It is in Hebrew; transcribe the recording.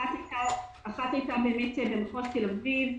אחת הייתה במחוז תל אביב,